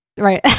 Right